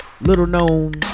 little-known